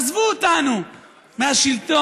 עזבו אותנו מהשלטון,